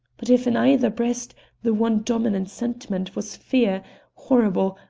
but if in either breast the one dominant sentiment was fear horrible,